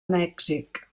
mèxic